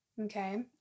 Okay